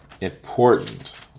important